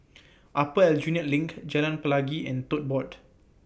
Upper Aljunied LINK Jalan Pelangi and Tote Board